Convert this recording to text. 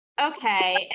Okay